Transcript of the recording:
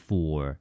Four